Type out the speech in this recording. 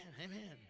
Amen